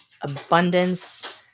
abundance